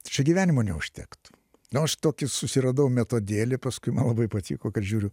čia gyvenimo neužtektų nu aš tokį susiradau metodėlį paskui man labai patiko kad žiūriu